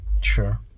Sure